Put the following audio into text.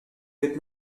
did